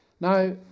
now